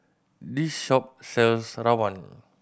this shop sells rawon